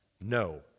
No